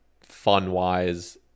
fun-wise